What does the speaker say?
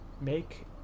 make